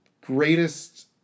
greatest